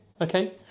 Okay